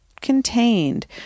contained